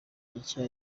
mike